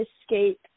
escape